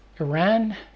Iran